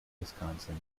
wisconsin